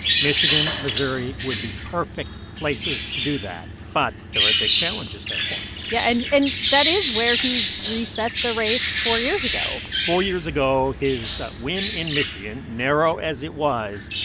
michigan, missouri would be perfect places to do that. but there are big challenges there for him yeah. and and that is where he reset the race four years ago four years ago, his win in michigan, narrow as it was,